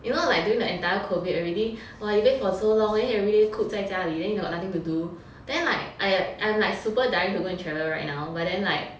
you know like during the entire COVID already !wah! you wait for so long then you everyday coop 在家里 then you got nothing to do then like I I'm like super dying to go and travel right now but then like